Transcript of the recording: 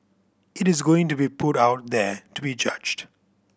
it is going to be put out there to be judged